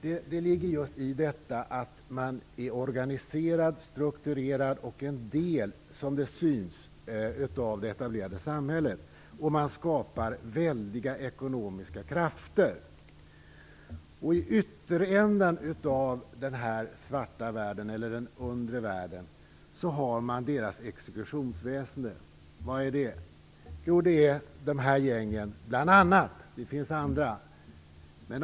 I detta ligger just att man är organiserad och strukturerad och att man är en del, som det synes, av det etablerade samhället. Man skapar väldiga ekonomiska krafter. I ytterändan av den här svarta världen, den undre världen, finns ett exekutionsväsende. Vad är då det? Jo, de här gängen, men det finns också andra.